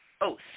Oath